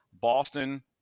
Boston –